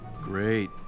Great